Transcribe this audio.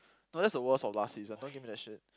no that's the worst of last season don't give me that shit